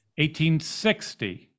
1860